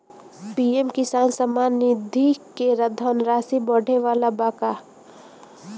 PM Kisan Samman Nidhi क धनराशि बढ़े वाला बा का?